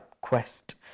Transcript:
quest